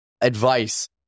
advice